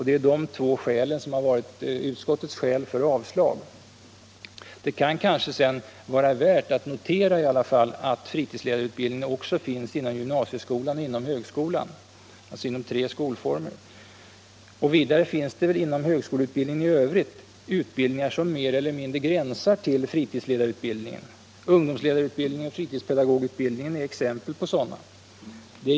Det är de två skälen som varit utslagsgivande för utskottets avstyrkande. Det kan även vara värt att notera att fritidsledarutbildning också finns inom gymnasieskolan och högskolan, alltså inom sammanlagt tre skolformer. Vidare finns det inom högskoleutbildningen utbildningar som mer eller mindre gränsar till fritidsledarutbildning. Ungdomsledarutbildning och fritidspedagogutbildning är exempel på sådana.